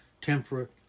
temperate